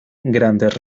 grandes